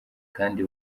kandi